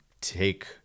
take